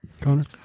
Connor